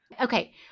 Okay